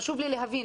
חשוב לי להבין.